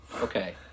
Okay